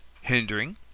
hindering